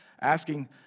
Asking